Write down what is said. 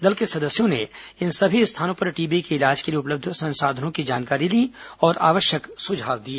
दल के सदस्यों ने इन सभी स्थानों पर टीबी के इलाज के लिए उपलब्ध संसाधनों की जानकारी ली और आवश्यक सुझाव दिए